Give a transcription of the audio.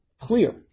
clear